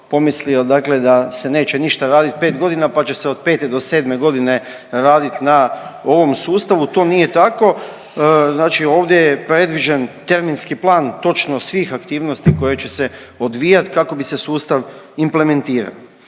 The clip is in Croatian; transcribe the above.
pomislio da se neće ništa radit pet godina pa će se od pete do sedme godine radit na ovom sustavu. To nije tako, znači ovdje je predviđen terminski plan točno svih aktivnosti koje će se odvijat kako bi se sustav implementira.